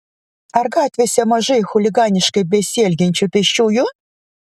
ar gatvėse mažai chuliganiškai besielgiančių pėsčiųjų